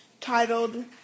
titled